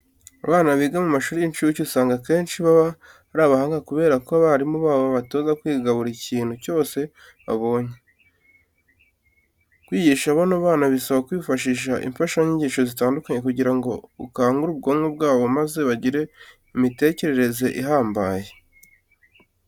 Abana biga mu mashuri y'incuke usanga akenshi baba ari abahanga kubera ko abarimu babo babatoza kwiga buri kintu cyose babonye. Kwigisha bano bana bisaba kwifashisha imfashanyigisho zitandukanye kugira ngo ukangure ubwonko bwabo maze bagire imitekerereze ihambaye.